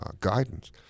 guidance